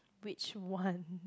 which one